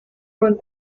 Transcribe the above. won